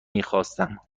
میخواستم